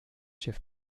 schiff